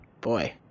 Boy